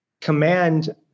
command